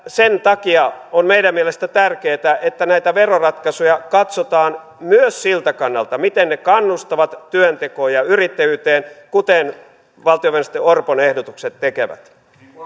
sen takia on meidän mielestämme tärkeätä että näitä veroratkaisuja katsotaan myös siltä kannalta miten ne kannustavat työntekoon ja yrittäjyyteen kuten valtiovarainministeri orpon ehdotukset tekevät